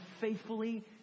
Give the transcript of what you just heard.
faithfully